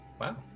wow